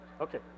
okay